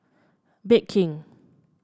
Bake King